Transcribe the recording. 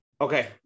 Okay